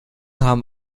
haben